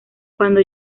cuando